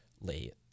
Late